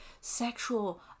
sexual